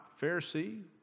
Pharisee